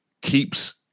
keeps